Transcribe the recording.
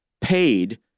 paid